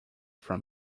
from